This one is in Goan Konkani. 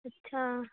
अच्छा